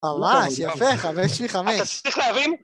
ממש יפה חבר שלי חמש. אתה צריך להבין